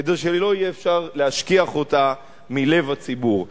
כדי שלא יהיה אפשר להשכיח אותה מלב הציבור.